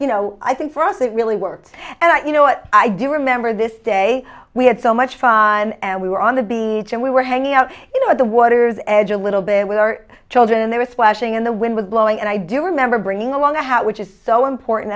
you know i think for us it really works and you know what i do remember this day we had so much fun and we were on the beach and we were hanging out you know at the water's edge a little bit with our children and they were splashing and the wind was blowing and i do remember bringing along the house which is so important